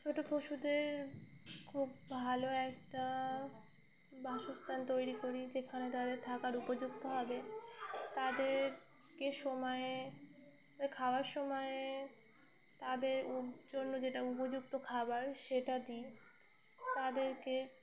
ছোটো পশুদের খুব ভালো একটা বাসস্থান তৈরি করি যেখানে তাদের থাকার উপযুক্ত হবে তাদেরকে সময়ে খাওয়ার সময়ে তাদেরর জন্য যেটা উপযুক্ত খাবার সেটা দিই তাদেরকে